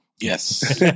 yes